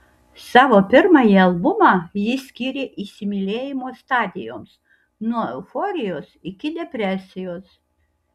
savo pirmąjį albumą ji skyrė įsimylėjimo stadijoms nuo euforijos iki depresijos